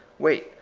wait,